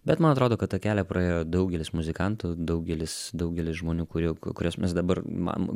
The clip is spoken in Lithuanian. bet man atrodo kad tą kelią praėjo daugelis muzikantų daugelis daugelis žmonių kurių kuriuos mes dabar mam